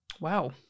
Wow